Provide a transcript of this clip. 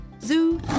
Zoo